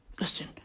Listen